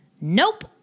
Nope